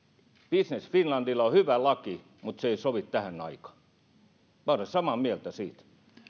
business finlandilla on hyvä laki mutta se ei sovi tähän aikaan olen samaa mieltä siitä